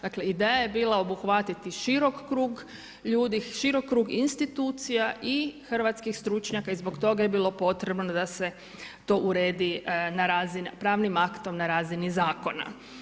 Dakle, ideja je bila obuhvatiti širok krug ljudi, širok krug institucija i hrvatskih stručnjaka i zbog toga je bilo potrebno da se to uredi pravnim aktom na razini zakona.